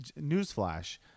Newsflash